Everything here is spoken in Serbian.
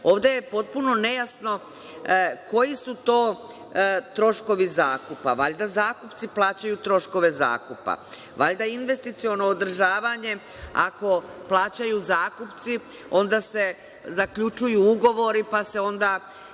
itd. Ovde je potpuno nejasno koji su to troškovi zakupa. Valjda zakupci plaćaju troškove zakupa. Valjda investiciono održavanje ako plaćaju zakupci onda se zaključuju ugovori pa se onda